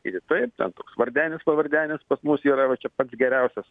ir taip ten toks vardenis pavardenis pas mus yra va čia pats geriausias